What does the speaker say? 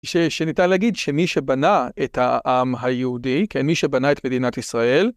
שניתן להגיד שמי שבנה את העם היהודי, כן, מי שבנה את מדינת ישראל,